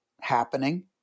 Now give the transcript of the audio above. happening